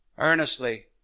earnestly